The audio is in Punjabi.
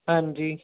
ਹਾਂਜੀ